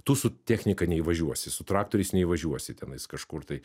tu su technika neįvažiuosi su traktoriais neįvažiuosi tenais kažkur tai